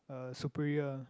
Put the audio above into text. uh superior